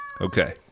Okay